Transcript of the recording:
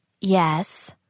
Yes